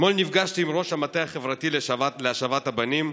אתמול נפגשתי בכנסת עם ראש המטה החברתי להשבת הבנים,